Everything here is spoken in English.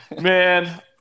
Man